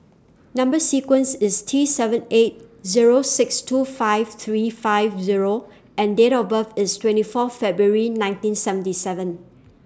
Number sequence IS T seven eight Zero six two five three five Zero and Date of birth IS twenty Fourth February nineteen seventy seven